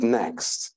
next